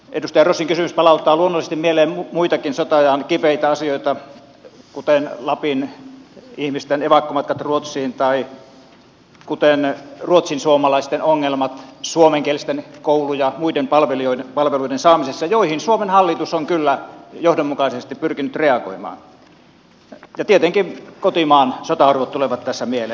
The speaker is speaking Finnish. edustaja rossin kysymys palauttaa luonnollisesti mieleen muitakin sota ajan kipeitä asioita kuten lapin ihmisten evakkomatkat ruotsiin tai ruotsinsuomalaisten ongelmat suomenkielisten koulu ja muiden palveluiden saamisessa joihin suomen hallitus on kyllä johdonmukaisesti pyrkinyt reagoimaan ja tietenkin kotimaan sotaorvot tulevat tässä mieleen